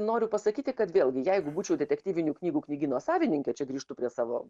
noriu pasakyti kad vėlgi jeigu būčiau detektyvinių knygų knygyno savininkė čia grįžtu prie savo